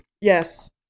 Yes